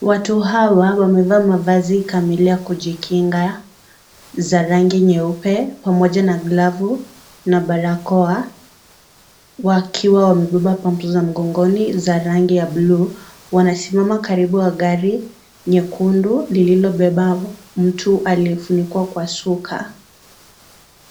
Watu hawa wamevaa mavazi kamili ya kujikinga za rangi nyeupe pamoja na glavu na barakoa wakiwa wamebeba pampu za mgongoni za rangi ya buluu. Wanasimama karibu na gari nyekundu lililobeba mtu aliyefunikwa kwa shuka